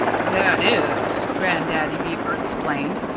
that is, grandaddy beaver explained,